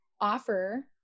offer